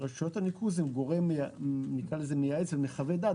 רשויות הניקוז הן גורם מייעץ ומחווה דעת